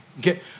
get